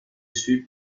sud